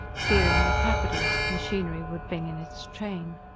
fearing the capitalist machinery would bring in its train.